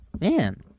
man